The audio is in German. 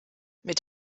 mit